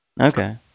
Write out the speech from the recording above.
Okay